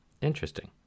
Interesting